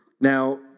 Now